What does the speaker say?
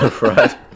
Right